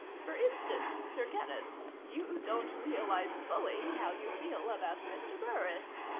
for instance, sir kenneth you don't realize fully how you feel about mr. burris.